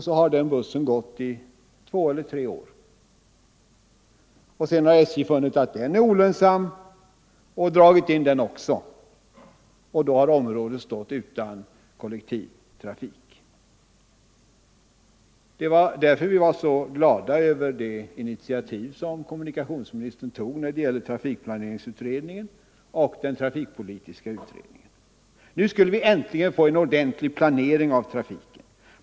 Så har den bussen gått i två eller tre år, och sedan har SJ funnit att den är olönsam och dragit in den också, och då har området stått utan kollektivtrafik. Det var därför vi var så glada över det initiativ kommunikationsministern tog till trafikplaneringsutredningen och den trafikpolitiska utredningen. Nu skulle vi äntligen få en ordentlig planering av trafiken.